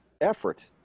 effort